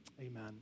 Amen